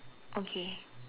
okay